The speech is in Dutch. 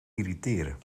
irriteren